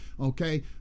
okay